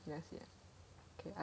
do you see you never see ah